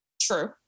True